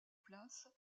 place